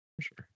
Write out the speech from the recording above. sure